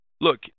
Look